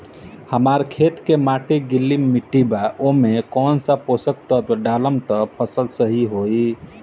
हमार खेत के माटी गीली मिट्टी बा ओमे कौन सा पोशक तत्व डालम त फसल सही होई?